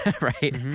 right